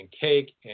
cake